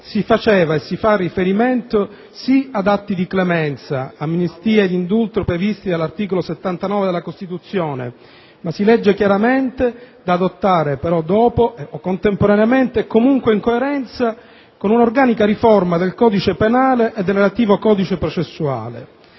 si faceva e si fa sì riferimento ad atti di clemenza (amnistia e indulto previsti dall'articolo 79 della Costituzione), ma in esso si legge chiaramente da adottare però dopo, o contemporaneamente, comunque in coerenza con una organica riforma del codice penale e del relativo codice processuale.